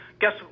guess